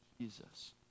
Jesus